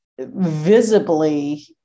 visibly